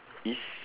is